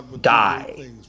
die